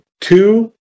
Two